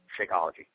Shakeology